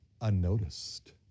unnoticed